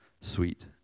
sweet